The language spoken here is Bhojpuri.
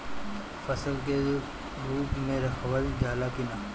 फसल के धुप मे रखल जाला कि न?